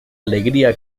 alegría